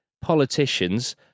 politicians